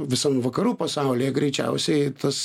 visam vakarų pasaulyje greičiausiai tas